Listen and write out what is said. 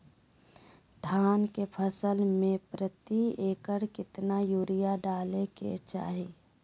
धान के फसल में प्रति एकड़ कितना यूरिया डाले के चाहि?